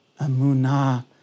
Amunah